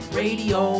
radio